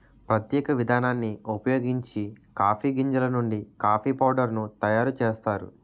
ప్రత్యేక విధానాన్ని ఉపయోగించి కాఫీ గింజలు నుండి కాఫీ పౌడర్ ను తయారు చేస్తారు